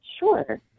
Sure